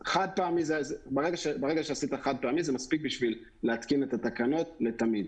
ברגע שעשית חד-פעמי זה מספיק בשביל להתקין את התקנות לתמיד.